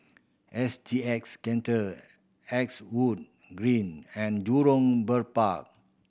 S G X Centre X wood Green and Jurong Bird Park